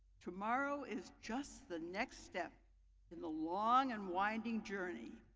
tomorrow is just the next step in the long and winding journey,